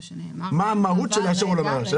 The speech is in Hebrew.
מה המהות של לאשר או לא לאשר?